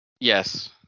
Yes